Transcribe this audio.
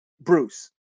bruce